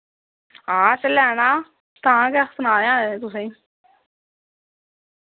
हां असैं लैना तां गै सनाया ऐ तुसें